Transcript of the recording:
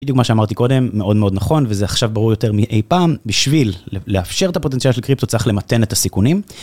בדיוק מה שאמרתי קודם, מאוד מאוד נכון וזה עכשיו ברור יותר מאי פעם. בשביל לאפשר את הפוטנציאל של קריפטו צריך למתן את הסיכונים